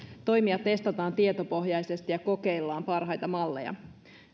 toimia testataan tietopohjaisesti ja kokeillaan parhaita malleja